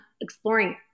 exploring